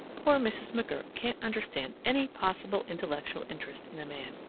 poor mrs. mcgurk can't understand any possible intellectual interest in a man.